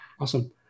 Awesome